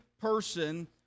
person